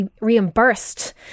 reimbursed